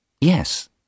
Yes